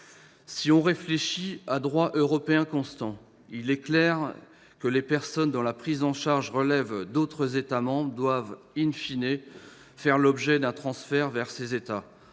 Si l'on réfléchit à droit européen constant, il est clair que les personnes dont la prise en charge relève d'autres États membres doivent faire l'objet d'un transfert vers ces États,